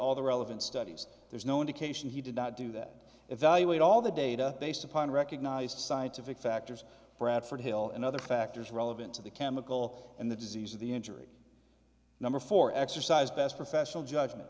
all the relevant studies there's no indication he did not do that evaluate all the data based upon recognized scientific factors bradford hill and other factors relevant to the chemical and the disease of the injury number four exercise best professional judgment